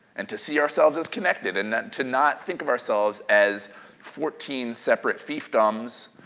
and to see ourselves as connected, and then to not think of ourselves as fourteen separate fiefdoms,